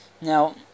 Now